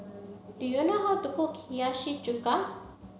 do you know how to cook Hiyashi chuka